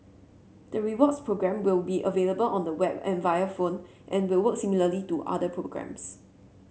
the rewards program will be available on the web and via phone and will work similarly to other programs